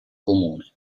comune